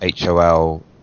HOL